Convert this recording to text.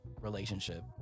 relationship